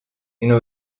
اینو